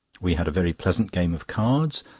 we had a very pleasant game of cards,